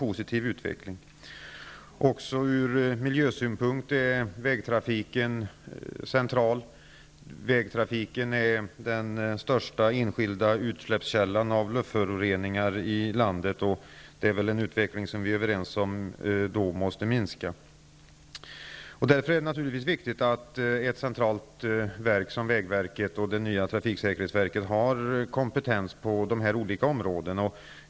Också ur miljösynpunkt är vägtrafiken central. Vägtrafiken är den största enskilda luftföroreningskällan i landet, och det är en utveckling som vi väl är överens om att man måste minska. Därför är det naturligtvis viktigt att centrala organ som vägverket och det nya trafiksäkerhetsverket har kompetens på dessa olika områden.